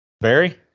Barry